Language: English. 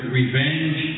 revenge